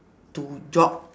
to jog